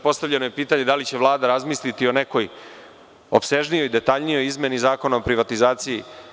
Postavljeno je pitanje da li će Vlada razmisliti o nekoj opsežnijoj, detaljnijoj izmeni Zakona o privatizaciji?